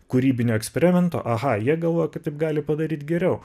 kūrybinio eksperimento aha jie galvoja kad taip gali padaryt geriau